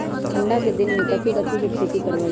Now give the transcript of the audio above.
ठंडा के दिन में कथी कथी की खेती करवाई?